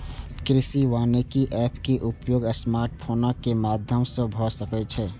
कृषि वानिकी एप के उपयोग स्मार्टफोनक माध्यम सं भए सकै छै